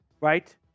right